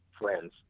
friends